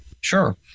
Sure